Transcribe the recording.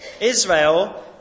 Israel